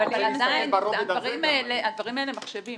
ברובד הזה --- הדברים האלה הם מחשבים,